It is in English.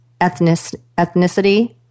ethnicity